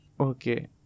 Okay